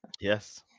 Yes